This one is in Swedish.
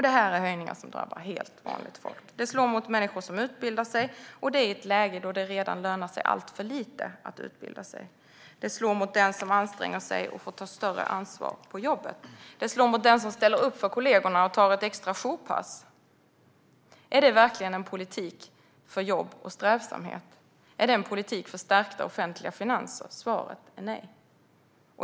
Det här är höjningar som drabbar helt vanligt folk. Det slår mot människor som utbildar sig, och det i ett läge då det redan lönar sig alltför lite att utbilda sig. Det slår mot den som anstränger sig och får ta större ansvar på jobbet. Det slår mot den som ställer upp för kollegorna och tar ett extra jourpass. Är det verkligen en politik för jobb och strävsamhet? Är det en politik för stärkta offentliga finanser? Svaret är nej.